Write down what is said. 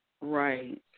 right